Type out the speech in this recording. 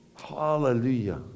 Hallelujah